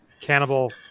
Cannibal